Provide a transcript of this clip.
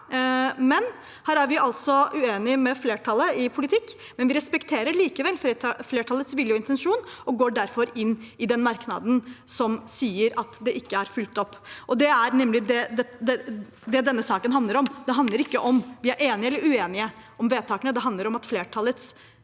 altså uenige med flertallet i politikk, men vi respekterer likevel flertallets vilje og intensjon og går derfor inn i den merknaden som sier at det ikke er fulgt opp. Det er nemlig det denne saken handler om. Det handler ikke om hvorvidt